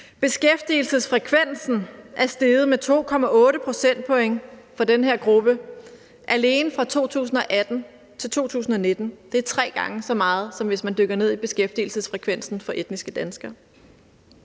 Beskæftigelsesfrekvensen er steget med 2,8 procentpoint for den her gruppe alene fra 2018 til 2019. Det er tre gange så meget, som hvis man dykker ned i beskæftigelsesfrekvensen for etniske danskere.